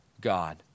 God